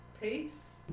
Peace